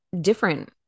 different